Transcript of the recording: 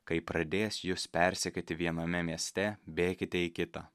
kai pradės jus persekioti viename mieste bėkite į kitą